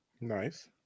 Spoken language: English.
Nice